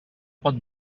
pot